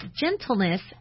gentleness